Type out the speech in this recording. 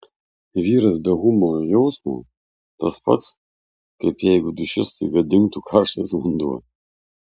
vyras be humoro jausmo tas pats kaip jeigu duše staiga dingtų karštas vanduo